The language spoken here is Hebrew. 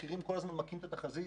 המחירים כל הזמן מכים את התחזית,